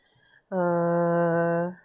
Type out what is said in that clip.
uh